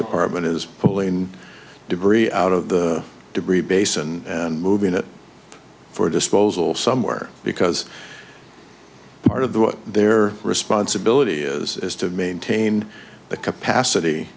department is fully in debris out of the debris basin and moving it for disposal somewhere because part of that their responsibility is to maintain the capacity